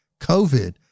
COVID